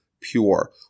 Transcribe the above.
pure